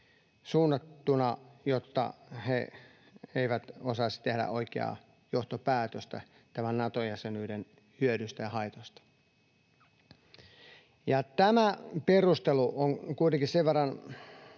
suunnattuna, jotta he eivät osaisi tehdä oikeaa johtopäätöstä tämän Nato-jäsenyyden hyödyistä ja haitoista. Tämä perustelu on kuitenkin sen verran